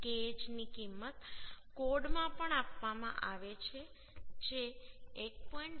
Kh ની કિંમત કોડમાં પણ આપવામાં આવે છે જે 1